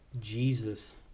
Jesus